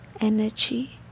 energy